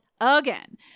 again